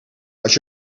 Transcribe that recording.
als